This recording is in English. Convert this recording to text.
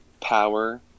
power